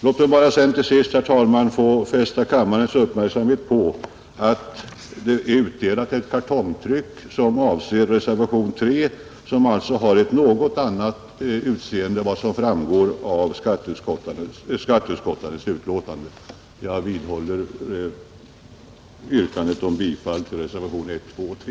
Låt mig till sist, herr talman, bara få fästa kammarens uppmärksamhet på att det har utdelats ett kartongtryck avseende reservationen 3, som alltså har ett något annat utseende än som framgår av skatteutskottets betänkande. Jag vidhåller, herr talman, mitt yrkande om bifall till reservationerna 1,2 och 3.